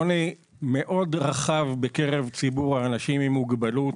העוני מאוד רחב בקרב ציבור האנשים עם מוגבלות.